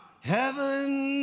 heaven